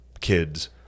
kids